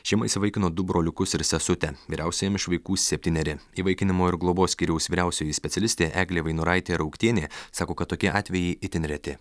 šeima įsivaikino du broliukus ir sesutę vyriausiajam iš vaikų septyneri įvaikinimo ir globos skyriaus vyriausioji specialistė eglė vainoraitė rauktienė sako kad tokie atvejai itin reti